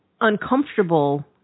uncomfortable